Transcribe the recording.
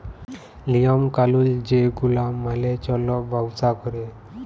লিওম কালুল যে গুলা মালে চল্যে ব্যবসা ক্যরে